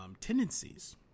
tendencies